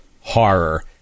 horror